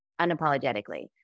unapologetically